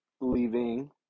leaving